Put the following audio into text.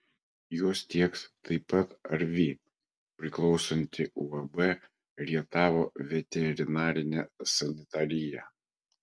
juos tieks taip pat arvi priklausanti uab rietavo veterinarinė sanitarija